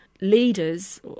leaders